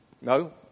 No